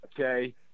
Okay